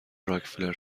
راکفلر